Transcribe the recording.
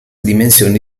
dimensioni